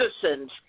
citizens